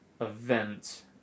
event